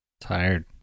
Tired